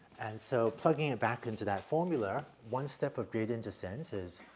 and so plugging it back into that formula, one step of gradient descent is,